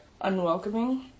unwelcoming